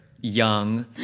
young